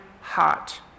heart